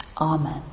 Amen